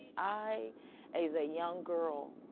i, as a young girl,